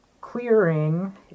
clearing